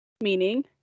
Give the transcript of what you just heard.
meaning